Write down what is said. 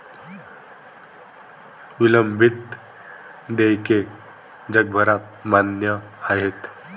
विलंबित देयके जगभरात मान्य आहेत